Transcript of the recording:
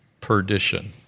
perdition